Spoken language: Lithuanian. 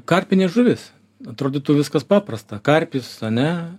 karpinė žuvis atrodytų viskas paprasta karpis ane